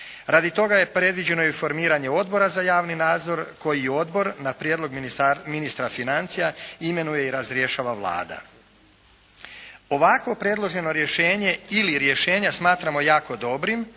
Radi tog je predviđeno i formiranje odbora za javni nadzor koji odbor na prijedlog ministra financija imenuje i razrješava Vlada. Ovako predloženo rješenje ili rješenja smatramo jako dobrim.